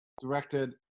directed